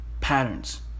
patterns